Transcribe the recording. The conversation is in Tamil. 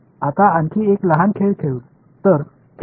இப்போது சிறியதாக விளையாடும் மற்றொரு விளையாட்டு விளையாடுவோம்